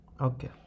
Okay